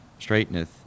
straighteneth